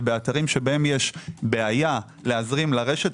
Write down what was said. ובאתרים שבהם יש בעיה להזרים לרשת,